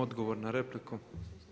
Odgovor na repliku.